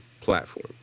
platform